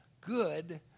good